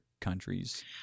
countries